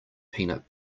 peanut